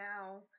now